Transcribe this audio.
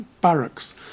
barracks